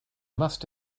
must